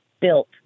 built